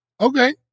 Okay